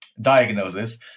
diagnosis